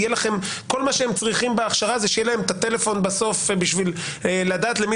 כל מה שהם צריכים בהכשרה זה שיהיה להם הטלפון בסוף בשביל לדעת למי